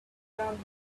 rumbling